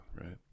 right